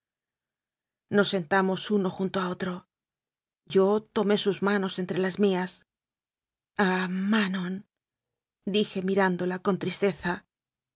nos sentamos uno junto a otro yo tomé sus manos entre las mías ah manon dije mirán dola con tristeza